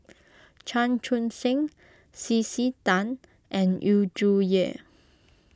Chan Chun Sing C C Tan and Yu Zhuye